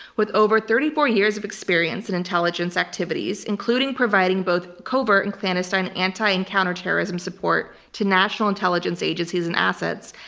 with over thirty four years of experience in intelligence activities, including providing both covert and clandestine and and counterterrorism support to national intelligence agencies and assets,